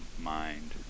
mind